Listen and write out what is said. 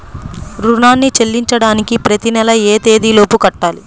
రుణాన్ని చెల్లించడానికి ప్రతి నెల ఏ తేదీ లోపు కట్టాలి?